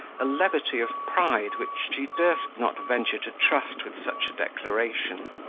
a levity of pride which she durst not venture to trust with such a declaration.